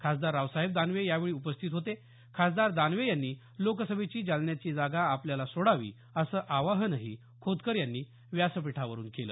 खासदार रावसाहेब दानवे यावेळी उपस्थित होते खासदार दानवे यांनी लोकसभेची जालन्याची जागा आपल्याला सोडावी असं आवाहनही खोतकर यांनी व्यासपीठावरून केलं